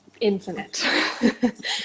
infinite